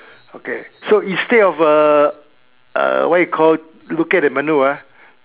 okay so instead of a uh what you call uh what you call looking at the menu ah